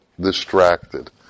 distracted